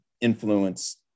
influence